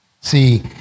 see